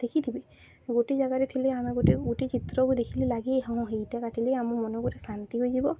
ଦେଖିଥିବି ଗୋଟେ ଜାଗାରେ ଥିଲେ ଆମେ ଗୋଟେ ଗୋଟେ ଚିତ୍ରକୁ ଦେଖିଲେ ଲାଗି ହଁ ହେଇଟା କାଟିଲି ଆମ ମନକରେ ଶାନ୍ତି ହୋଇଯିବ